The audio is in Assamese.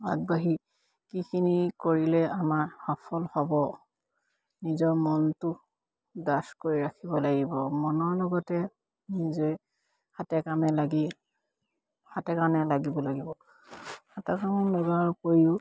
আগবাঢ়ি কিখিনি কৰিলে আমাৰ সফল হ'ব নিজৰ মনটো ডাঠ কৰি ৰাখিব লাগিব মনৰ লগতে নিজে হাতে কামে লাগি হাতে কামে লাগিব লাগিব হাতে কামে লগাৰ উপৰিও